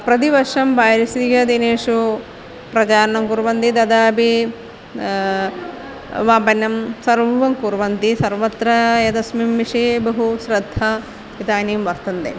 प्रतिवर्षं पारिस्रिकदिनेषु प्रचारणं कुर्वन्ति तदापि वपनं सर्वं कुर्वन्ति सर्वत्र एतस्मिन् विषये बहु श्रद्धा इदानीं वर्तते